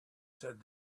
said